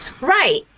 Right